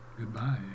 Goodbye